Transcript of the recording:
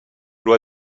loi